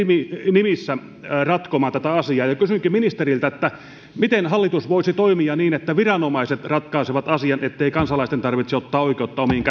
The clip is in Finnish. nimissä ratkomaan tätä asiaa kysynkin ministeriltä miten hallitus voisi toimia niin että viranomaiset ratkaisevat asian ettei kansalaisten tarvitse ottaa oikeutta omiin